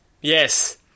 Yes